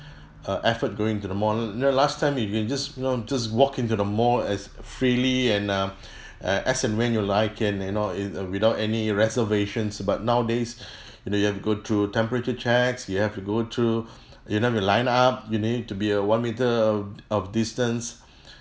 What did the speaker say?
uh effort going into the mall you know last time you can just you know just walk into the mall as freely and uh as and when you like and you know it uh without any reservations but nowadays you know you've to go through temperature checks you have to go through you know you've to line up you need to be a one metre of of distance